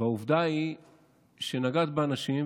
והעובדה היא שנגעת באנשים,